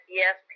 yes